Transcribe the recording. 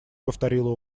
повторила